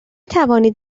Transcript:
توانید